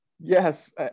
Yes